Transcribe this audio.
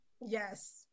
Yes